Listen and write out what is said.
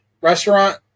restaurant